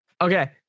Okay